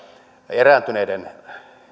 erääntyneiden